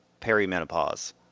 perimenopause